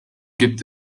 gibt